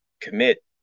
commit